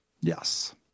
Yes